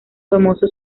famoso